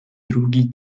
drugi